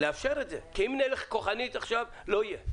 לאפשר את זה, כי אם נלך פה כוחנית, זה לא יהיה.